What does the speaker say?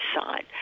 side